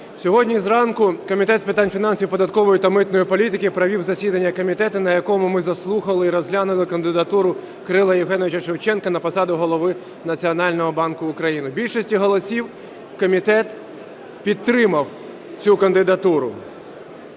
Сьогодні зранку Комітет з питань фінансів, податкової та митної політики провів засідання комітету, на якому ми заслухали і розглянули кандидатуру Кирила Євгеновича Шевченка на посаду Голови Національного банку України. Більшістю голосів комітет підтримав цю кандидатуру.